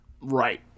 Right